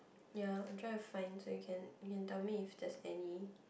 ya I'm trying to find so you can you can tell me if there's any